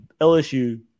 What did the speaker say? LSU